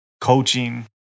coaching